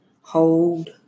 hold